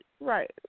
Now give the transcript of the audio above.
Right